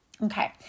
Okay